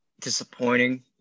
disappointing